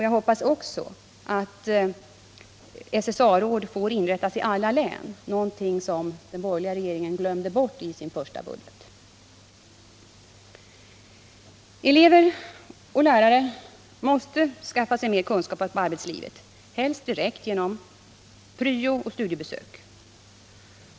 Jag hoppas också att SSA-råd får inrättas i alla län, något som den borgerliga regeringen glömde bort i sin första budget. Elever och lärare måste skaffa sig mer kunskap om arbetslivet, helst direkt genom pryo och studiebesök.